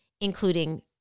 including